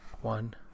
One